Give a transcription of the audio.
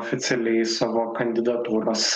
oficialiai savo kandidatūros